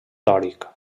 dòric